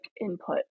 input